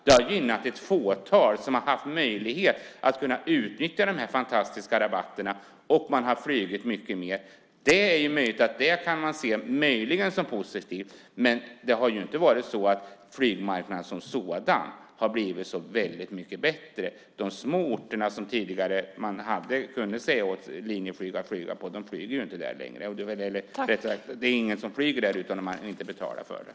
Det har gynnat ett fåtal som har haft möjlighet att utnyttja dessa fantastiska rabatter, och man har flugit mycket mer. Det kan man möjligen se som positivt. Men flygmarknaden som sådan har inte blivit så väldigt mycket bättre. Tidigare kunde man säga till Linjeflyg att flyga på de små orterna. Men nu flyger man inte där längre. Det är ingen som flyger på dessa små orter om inte någon betalar för det.